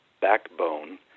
backbone